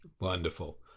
Wonderful